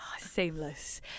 Seamless